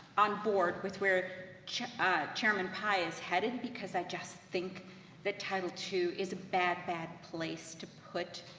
on board with where ah chairman pai is headed because i just think that title two is a bad, bad place to put